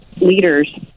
leaders